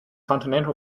continental